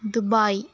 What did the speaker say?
Dubai